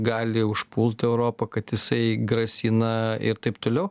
gali užpult europą kad jisai grasina ir taip toliau